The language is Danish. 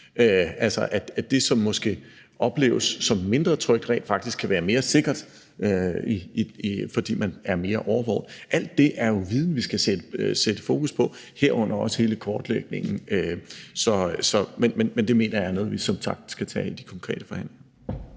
mens det, som måske opleves som mindre trygt, rent faktisk kan være mere sikkert, fordi man er mere årvågen. Alt det er jo viden, vi skal sætte fokus på, herunder også hele kortlægningen. Men det mener jeg som sagt er noget, vi skal tage i de konkrete forhandlinger.